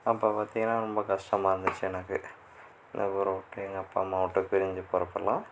அப்போ பார்த்தீங்கன்னா ரொம்ப கஷ்டமாயிருந்துச்சி எனக்கு இந்த ஊரை விட்டு எங்கள் அப்பா அம்மாவை விட்டு பிரிஞ்சு போகிறப்பெல்லாம்